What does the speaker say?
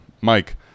Mike